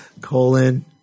colon